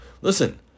Listen